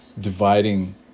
dividing